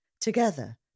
Together